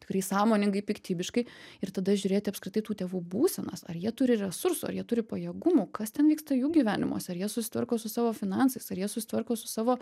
tikrai sąmoningai piktybiškai ir tada žiūrėti apskritai tų tėvų būsenas ar jie turi resursų ar jie turi pajėgumų kas ten vyksta jų gyvenimuose ar jie susitvarko su savo finansais ar jie susitvarko su savo